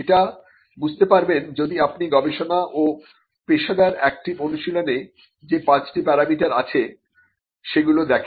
এটা বুঝতে পারবেন যদি আপনি গবেষণা ও পেশাদার অ্যাক্টিভ অনুশীলনে যে পাঁচটি প্যারামিটার আছে সেগুলো দেখেন